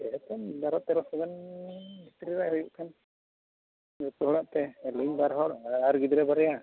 ᱥᱮᱨᱚᱠᱚᱢ ᱵᱟᱨᱳ ᱛᱮᱨᱳ ᱥᱚ ᱜᱟᱱ ᱵᱷᱤᱛᱨᱤ ᱨᱮ ᱦᱩᱭᱩᱜ ᱠᱷᱟᱱ ᱡᱚᱛᱚ ᱦᱚᱲᱟᱜᱛᱮ ᱟᱹᱞᱤ ᱵᱟᱨ ᱦᱚᱲ ᱟᱨ ᱜᱤᱫᱽᱨᱟᱹ ᱵᱟᱨᱭᱟ